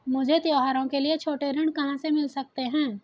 मुझे त्योहारों के लिए छोटे ऋण कहां से मिल सकते हैं?